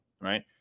right